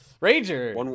Ranger